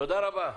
תודה רבה.